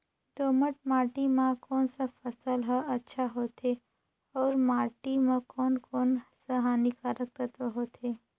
दोमट माटी मां कोन सा फसल ह अच्छा होथे अउर माटी म कोन कोन स हानिकारक तत्व होथे?